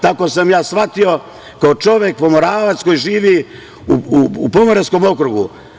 Tako sam ja shvatio, kao čovek Pomoravac koji živi u Pomoravskom okrugu.